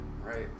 right